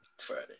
Friday